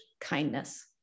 kindness